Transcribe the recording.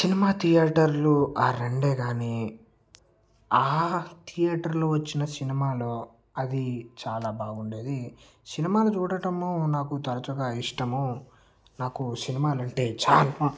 cinema థియేటర్లు ఆ రెండే కానీ ఆ థియేటర్లో వచ్చిన సినిమాలో అది చాలా బాగుండేది సినిమాలు చూడటము నాకు తరచుగా ఇష్టము నాకు సినిమాలంటే చాలా